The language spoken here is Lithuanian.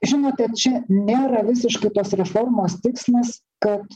žinote čia nėra visiškai tos reformos tikslas kad